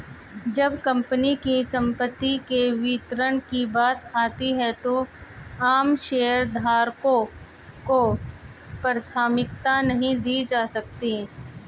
जब कंपनी की संपत्ति के वितरण की बात आती है तो आम शेयरधारकों को प्राथमिकता नहीं दी जाती है